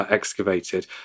excavated